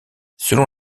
selon